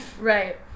Right